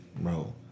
Bro